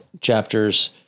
chapters